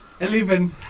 Eleven